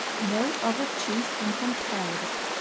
no other cheese can compare with it.